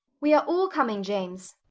we are all coming, james.